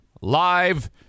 live